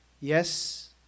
Yes